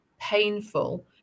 painful